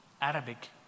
Arabic